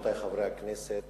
רבותי חברי הכנסת,